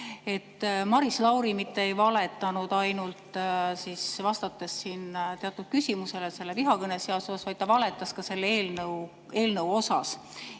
et Maris Lauri mitte ei valetanud ainult vastates siin teatud küsimusele vihakõneseadusega seoses, vaid ta valetas ka selle eelnõu kohta.